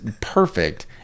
perfect